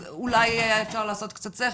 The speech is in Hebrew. אז אולי היה אפשר לעשות קצת שכל.